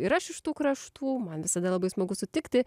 ir aš iš tų kraštų man visada labai smagu sutikti